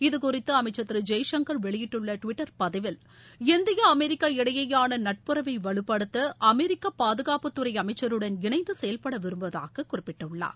இதுகறித்து அமைச்சர் திரு ஜெய்சங்கர் வெளியிட்டுள்ள டுவிட்டர் பதிவில் இந்தியா அமெரிக்கா இடையேயான நட்புறவை வலுப்படுத்த அமெரிக்க பாதுகாப்புத்துறை அமைச்சருடன் இணைந்து செயல்பட விரும்புவதாக குறிப்பிட்டுள்ளார்